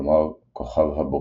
כלומר כוכב הבוקר.